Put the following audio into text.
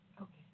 Okay